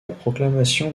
proclamation